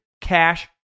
Cash